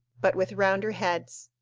but with rounder heads.